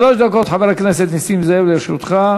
שלוש דקות, חבר הכנסת נסים זאב, לרשותך.